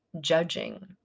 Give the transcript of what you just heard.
judging